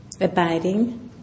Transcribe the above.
abiding